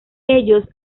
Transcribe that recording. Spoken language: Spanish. ellos